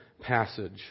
passage